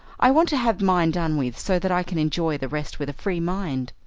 i want to have mine done with, so that i can enjoy the rest with a free mind.